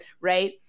Right